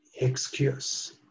excuse